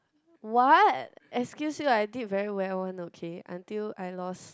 what excuse me I did very well one okay until I lost